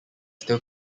still